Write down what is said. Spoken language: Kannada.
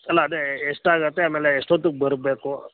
ಅಲ್ಲ ಅದೇ ಎಷ್ಟಾಗುತ್ತೆ ಆಮೇಲೆ ಎಷ್ಟೊತ್ತಿಗ್ ಬರಬೇಕು